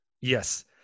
Yes